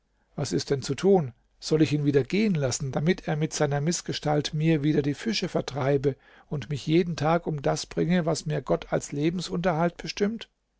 was ist denn zu tun soll ich ihn wieder gehen lassen damit er mit seiner mißgestalt mir wieder die fische vertreibe und mich jeden tag um das bringe was mir gott als lebensunterhalt bestimmt